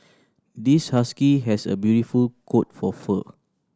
this husky has a beautiful coat for fur